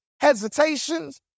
hesitations